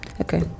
okay